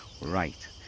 right